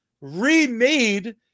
remade